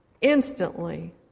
Instantly